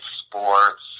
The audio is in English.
sports